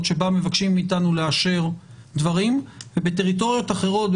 שבה מבקשים מאתנו לאשר דברים ובטריטוריות אחרות,